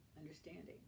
understanding